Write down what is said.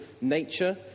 nature